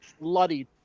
bloody